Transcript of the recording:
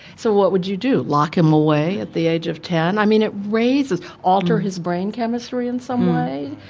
so what would you do lock him away at the age of ten? i mean it raises alter his brain chemistry in some way,